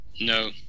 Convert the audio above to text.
No